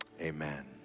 amen